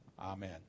Amen